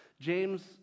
James